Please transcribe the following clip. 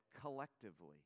collectively